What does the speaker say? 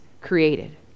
created